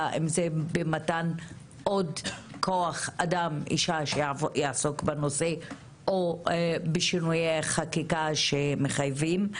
יותר במתן כוח אדם שיעסוק בנושא או בשינויי חקיקה מחייבים.